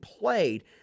played